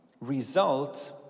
result